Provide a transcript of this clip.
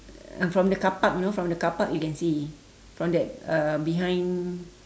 uh from the car park you know from the car park you can see from that uh behind